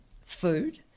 food